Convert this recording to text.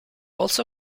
also